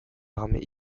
l’armée